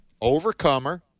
overcomer